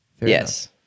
Yes